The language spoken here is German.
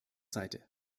seite